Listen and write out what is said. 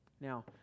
Now